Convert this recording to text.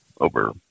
over